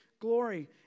glory